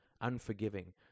unforgiving